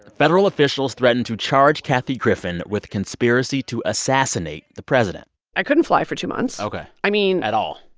federal officials threatened to charge kathy griffin with conspiracy to assassinate the president i couldn't fly for two months ok i mean. at all?